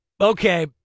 Okay